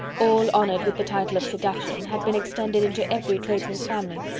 all honoured with the title of seduction, had been extended into every tradesman's family.